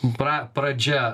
pra pradžia